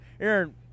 Aaron